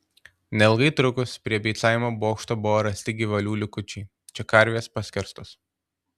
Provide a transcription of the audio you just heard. neilgai trukus prie beicavimo bokšto buvo rasti gyvulių likučiai čia karvės paskerstos